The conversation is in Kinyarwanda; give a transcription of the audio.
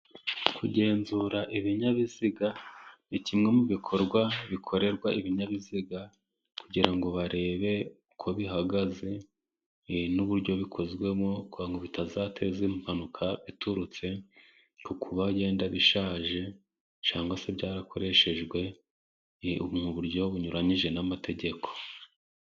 Kugenzura ibinyabiziga ni kimwe mu bikorwa bikorerwa ibinyabiziga kugira ngo barebe uko bihagaze n'uburyo bikozwemo kugira ngo bitazateza impanuka iturutse ku kuba wenda bishaje, cyangwa se byarakoreshejwe mu buryo bunyuranyije n'amategeko.